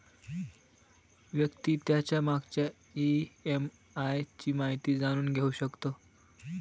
व्यक्ती त्याच्या मागच्या ई.एम.आय ची माहिती जाणून घेऊ शकतो